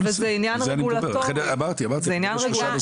זה עניין רגולטורי לחלוטין.